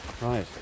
right